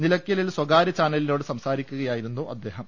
നില യ്ക്കലിൽ സ്വകാര്യ ചാനലിനോട് സംസാരിക്കുകയായിരുന്നു അദ്ദേഹം